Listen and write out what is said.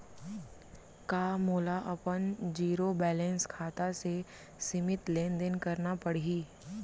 का मोला अपन जीरो बैलेंस खाता से सीमित लेनदेन करना पड़हि?